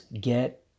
get